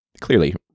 clearly